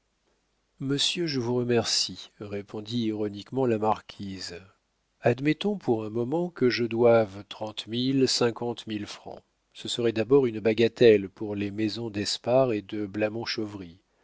monsieur je vous remercie répondit ironiquement la marquise admettons pour un moment que je doive trente mille cinquante mille francs ce serait d'abord une bagatelle pour les maisons d'espard et de